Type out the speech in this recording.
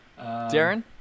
Darren